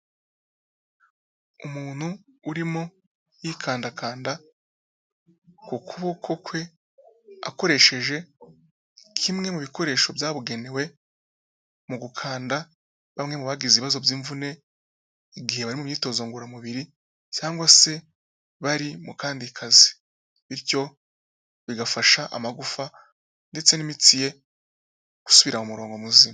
Umuntu urimo yikandakanda ku kuboko kwe akoresheje kimwe mu bikoresho byabugenewe mu gukanda bamwe mu bagize ibibazo by'imvune igihe bari mu myitozo ngororamubiri cyangwa se bari mu kandi kazi. Bityo bigafasha amagufa ndetse n'imitsi ye gusubira murongo muzima.